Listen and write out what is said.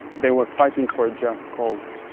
they were fighting for a just cause.